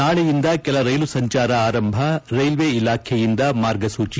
ನಾಳೆಯಿಂದ ಕೆಲವು ರೈಲು ಸಂಜಾರ ಆರಂಭ ರೈಲ್ವೆ ಇಲಾಖೆಯಿಂದ ಮಾರ್ಗಸೂಚಿ